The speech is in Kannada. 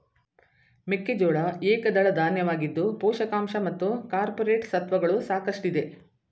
ಮೆಕ್ಕೆಜೋಳ ಏಕದಳ ಧಾನ್ಯವಾಗಿದ್ದು ಪೋಷಕಾಂಶ ಮತ್ತು ಕಾರ್ಪೋರೇಟ್ ಸತ್ವಗಳು ಸಾಕಷ್ಟಿದೆ